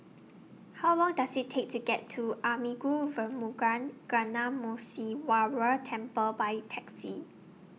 How Long Does IT Take to get to Arulmigu Velmurugan Gnanamuneeswarar Temple By Taxi